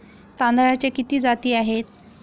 तांदळाच्या किती जाती आहेत?